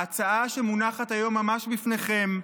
ההצעה שמונחת היום ממש לפניכם,